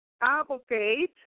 Advocate